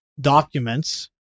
documents